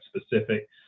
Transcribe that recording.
specific